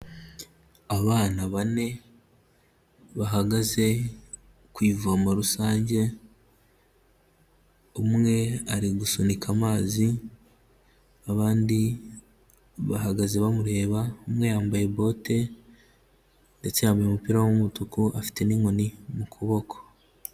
Abana bane bahagaze ku ivomo rusange, umwe ari gusunika amazi, abandi bahagaze bamureba, umwe yambaye bote ndetse yambaye umupira w'umutuku, afite n'inkoni mu kuboko.